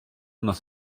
nos